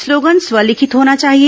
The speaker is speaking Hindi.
स्लोगन स्व लिखित होना चाहिए